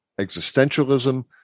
existentialism